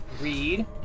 Read